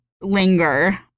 linger